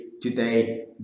today